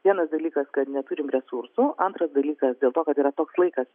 vienas dalykas kad neturim resursų antras dalykas dėl to kad yra toks laikas